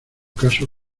caso